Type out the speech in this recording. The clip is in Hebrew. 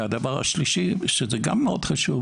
הדבר השלישי שהוא גם מאוד חשוב